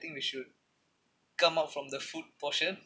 think we should come out from the food portion